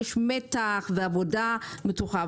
יש מתח ועבודה מתוחה,